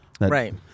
Right